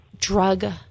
drug